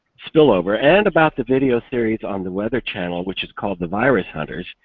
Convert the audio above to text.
spillover, and about the video series on the weather channel which is called the virus hunters,